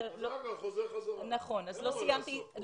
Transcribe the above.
אז אחר כך הוא חוזר חזרה, אין לו מה לעשות פה.